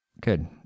Good